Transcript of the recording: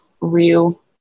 real